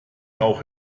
auch